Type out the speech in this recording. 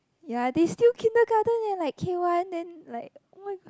ya they still kindergarten leh like K one then oh-my-god